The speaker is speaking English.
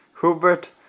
Hubert